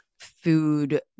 food